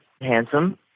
handsome